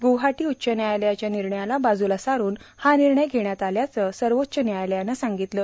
ग्वाहाटी उच्च न्यायालयाच्या निर्णयाला बाजूला सारून हा निर्णय घेण्यात आल्याचं सर्वोच्च न्यायालयानं सांगितलं